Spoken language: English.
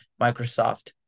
Microsoft